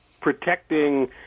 protecting